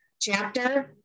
chapter